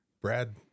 Brad